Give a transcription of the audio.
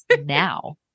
now